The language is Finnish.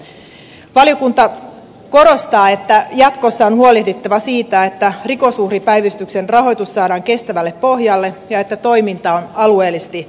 valiokunta korostaa että jatkossa on huolehdittava siitä että rikosuhripäivystyksen rahoitus saadaan kestävälle pohjalle ja että toiminta on alueellisesti kattavaa